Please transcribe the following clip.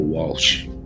Walsh